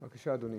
בבקשה, אדוני.